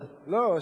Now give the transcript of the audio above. לא,